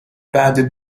بعد